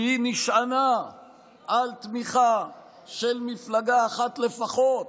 כי היא נשענה על תמיכה של מפלגה אחת לפחות